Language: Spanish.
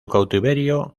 cautiverio